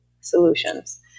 solutions